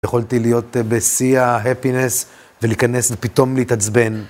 יכולתי להיות בשיא ההפינס, ולהיכנס, ופתאום להתעצבן.